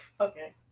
Okay